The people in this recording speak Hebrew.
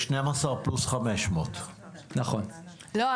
12% פלוס 500. לא,